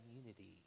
unity